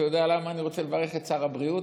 אתה יודע למה אני באמת רוצה לברך את שר הבריאות?